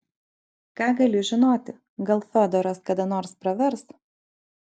ką gali žinoti gal fiodoras kada nors pravers